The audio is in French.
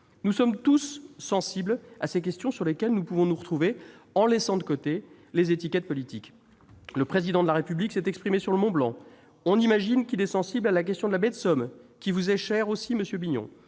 Nous sommes tous sensibles à ces questions sur lesquelles nous pouvons nous retrouver en laissant de côté les étiquettes politiques. Le Président de la République s'est exprimé sur le Mont-Blanc ; on imagine qu'il est également sensible à la question de la baie de Somme, qui vous est chère, monsieur Bignon.